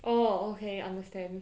oh okay understand